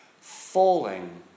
falling